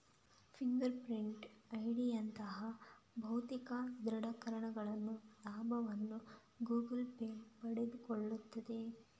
finger print ಐಡಿಯಂತಹ ಭೌತಿಕ ದೃಢೀಕರಣಗಳ ಲಾಭವನ್ನು ಗೂಗಲ್ ಪೇ ಪಡೆದುಕೊಳ್ಳುತ್ತದೆ